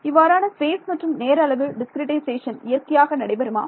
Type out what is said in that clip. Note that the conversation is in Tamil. இவ்வாறான ஸ்பேஸ் மற்றும் நேர அளவு டிஸ்கிரிட்டைசேஷன் இயற்கையாக நடைபெறுமா